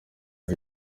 iri